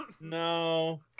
No